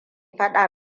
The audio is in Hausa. faɗa